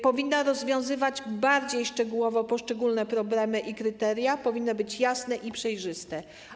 Powinna rozwiązywać bardziej szczegółowo poszczególne problemy, a kryteria powinny być jasne i przejrzyste.